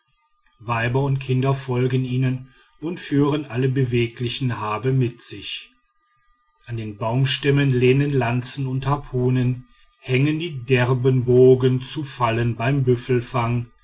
weiber und kinder folgen ihnen und führen alle bewegliche habe mit sich an den baumstämmen lehnen lanzen und harpunen hängen die derben bogen zu fallen beim